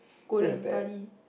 go and study